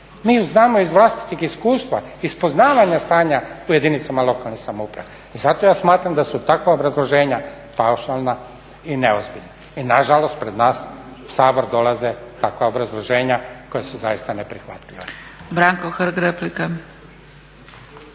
ju znamo iz vlastitih iskustva, iz poznavanja stanja u jedinicama lokalne samouprave. Zato ja smatram da su takva obrazloženja paušalna i neozbiljna i nažalost pred nas u Sabor dolaze takva obrazloženja koja su zaista ne prihvatljiva.